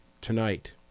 tonight